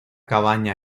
cabaña